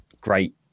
Great